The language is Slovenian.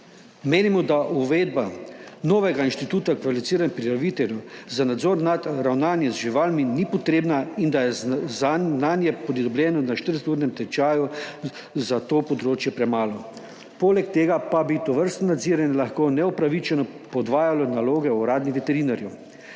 Menimo, da uvedba novega instituta kvalificiranih prijaviteljev za nadzor nad ravnanjem z živalmi ni potrebna in da je znanje, pridobljeno na 40-urnem tečaju, za to področje premalo. Poleg tega pa bi tovrstno nadziranje lahko neupravičeno podvajalo naloge uradnih veterinarjev.